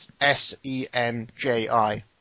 S-E-N-J-I